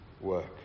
work